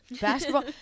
basketball